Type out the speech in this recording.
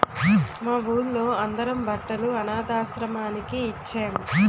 మా వూళ్ళో అందరం బట్టలు అనథాశ్రమానికి ఇచ్చేం